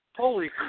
holy